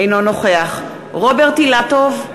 אינו נוכח רוברט אילטוב,